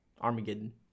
Armageddon